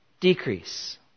decrease